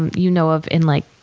you know of in, like,